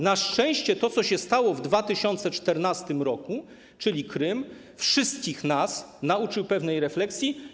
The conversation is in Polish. Na szczęście to, co się stało w 2014 r., czyli Krym, wszystkich nas nauczyło, zmusiło do pewnej refleksji.